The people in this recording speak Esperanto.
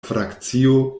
frakcio